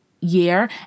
year